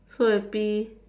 so happy